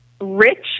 rich